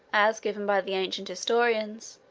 as given by the ancient historians,